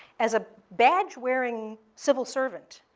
as a badge-wearing civil servant,